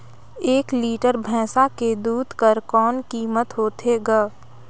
एक लीटर भैंसा के दूध कर कौन कीमत होथे ग?